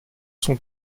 sont